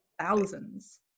thousands